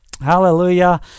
Hallelujah